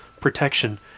protection